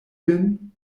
vin